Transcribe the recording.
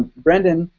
brendan,